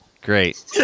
Great